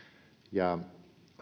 ja